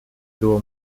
było